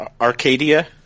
Arcadia